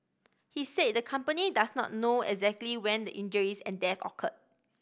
he said the company does not know exactly when the injuries and death occurred